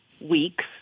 weeks